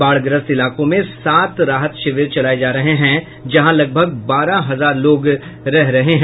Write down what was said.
बाढ़ग्रस्त इलाकों में सात राहत शिविर चलाये जा रहे हैं जहां लगभग बारह हजार लोग रह रहे हैं